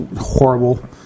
horrible